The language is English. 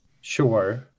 sure